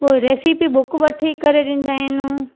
पोइ recipe book वठी करे ॾींदा आहिनि